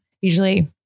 usually